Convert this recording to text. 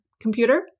computer